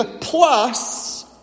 plus